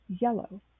yellow